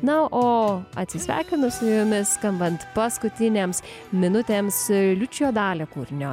na o atsisveikinu su jumis skambant paskutinėms minutėms liučijo dali kūrinio